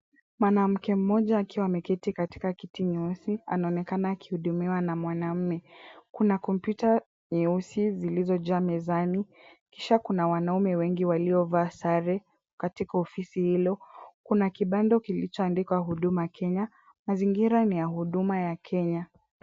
Mwanamke mmoja akiwa ameketi katika kiti nyeusi, anaonekana akihudumiwa na mwanaume. Kuna kompyuta nyeusi zilizojaa mezani, kisha kuna wanaume wengi waliovaa sare katika ofisi hilo. Kuna kibango kilichoandikwa Huduma Kenya. Mazingira ni ya huduma ya Kenya.